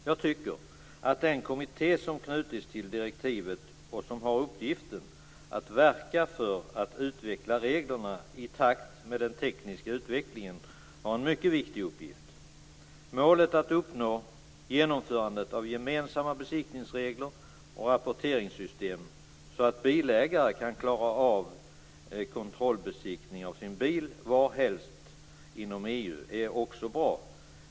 Jag tycker att den kommitté som knutits till direktivet och som har uppgiften att verka för att utveckla reglerna i takt med den tekniska utvecklingen har en mycket viktig uppgift. Målet att uppnå genomförandet av gemensamma besiktningsregler och rapporteringssystem så att bilägare kan klara av kontrollbesiktning av sin bil varhelst inom EU är också bra.